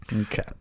Okay